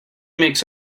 makes